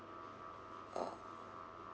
orh